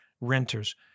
renters